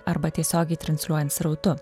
arba tiesiogiai transliuojant srautu